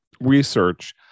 research